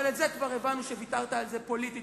אבל כבר הבנו שוויתרת על זה פוליטית